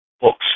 books